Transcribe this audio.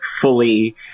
fully